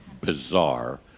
bizarre